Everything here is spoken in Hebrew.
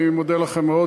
אני מודה לכם מאוד.